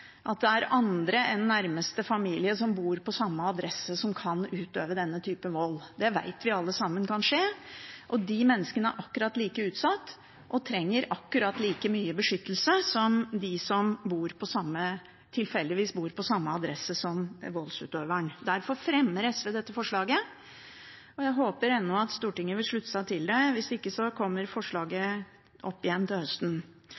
at det er andre enn nærmeste familie som bor på samme adresse, som kan utøve denne typen vold. Det vet vi alle sammen kan skje, og de menneskene er akkurat like utsatt og trenger akkurat like mye beskyttelse som dem som tilfeldigvis bor på samme adresse som voldsutøveren. Derfor fremmer SV dette forslaget, og jeg håper ennå at Stortinget vil slutte seg til det. Hvis ikke kommer forslaget opp igjen til høsten.